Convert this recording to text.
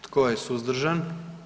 Tko je suzdržan?